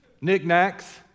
knickknacks